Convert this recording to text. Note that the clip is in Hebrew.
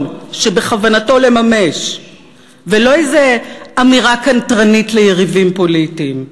שבכוונתו לממש ולא איזה אמירה קנטרנית ליריבים פוליטיים.